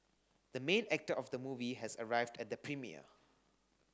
the main actor of the movie has arrived at the premiere